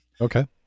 okay